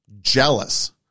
jealous